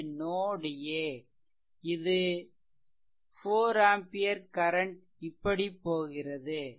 இது note a இது 4 ampere current இப்படி போகிறது